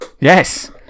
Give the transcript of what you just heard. yes